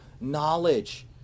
knowledge